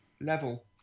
level